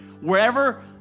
Wherever